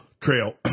trail